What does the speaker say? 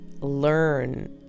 learn